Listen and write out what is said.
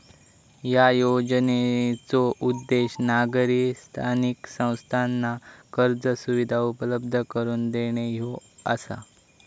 या योजनेचो उद्देश नागरी स्थानिक संस्थांना कर्ज सुविधा उपलब्ध करून देणे ह्यो आसा